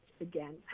again